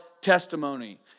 testimony